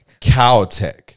Caltech